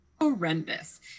horrendous